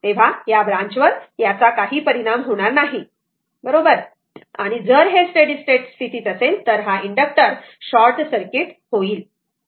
तर या ब्रांच वर याचा काही परिणाम होणार नाही बरोबर आणि जर हे स्टेडी स्टेट स्थितीत असेल तर हा इंडक्टर शॉर्ट सर्किट सारखा होईल